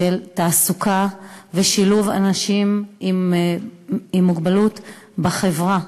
של תעסוקה ושילוב של אנשים עם מוגבלות בחברה.